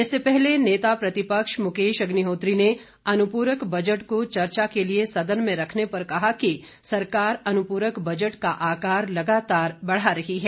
इससे पहले नेता प्रतिपक्ष मुकेश अग्निहोत्री ने अनुप्रक बजट को चर्चा के लिए सदन में रखने पर कहा कि सरकार अनुपूरक बजट का आकार लगातार बढ़ा रही है